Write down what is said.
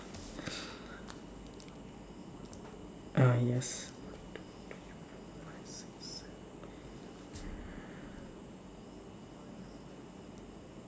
uh yes